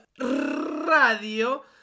Radio